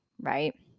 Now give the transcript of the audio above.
right